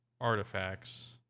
artifacts